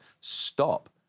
stop